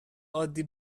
عادی